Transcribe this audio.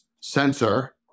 sensor